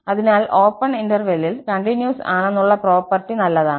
അതിനാൽ ഓപ്പൺ ഇന്റെർവെല്ലിൽ കണ്ടിന്യൂസ് ആണെന്നുള്ള പ്രോപ്പർട്ടി നല്ലതാണ്